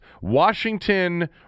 Washington